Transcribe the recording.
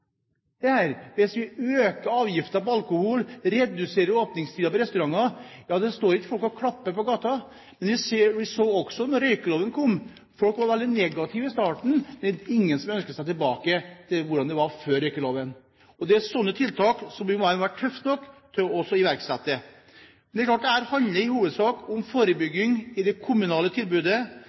vi også da røykeloven kom. Folk var veldig negative i starten, men det er ingen som ønsker seg tilbake til slik det var før røykeloven. Det er slike tiltak som vi bare må være tøffe nok til å iverksette. Dette handler i hovedsak om forebygging i det kommunale tilbudet.